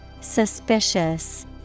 suspicious